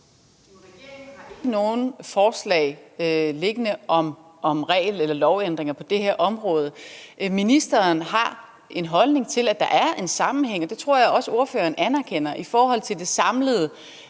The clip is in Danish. Regeringen har ikke nogen forslag liggende om regel- eller lovændringer på det her område. Ministeren har en holdning til, at der er en sammenhæng – og det tror jeg også at spørgeren anerkender – mellem det samlede